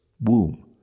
womb